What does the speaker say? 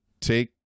take